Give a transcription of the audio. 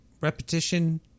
repetition